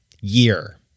Year